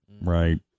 Right